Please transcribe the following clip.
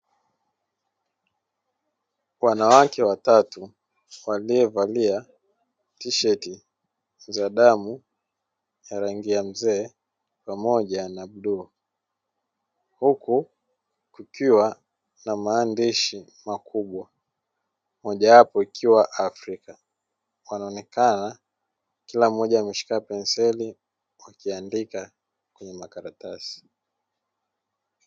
Wanawake watatu waliovalia tisheti za damu ya rangi ya mzee pamoja na bluu, huku kukiwa na maandishi makubwa, mojawapo ikiwa Afrika, Wanaonekana kila moja ameshika penseli wakiandika kwenye makaratasi.